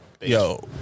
Yo